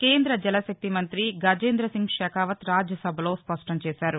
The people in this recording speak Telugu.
కేంద్రద జల శక్తి మంత్రి గజేంద సింగ్ షెకావత్ రాజ్యసభలో స్పష్టం చేశారు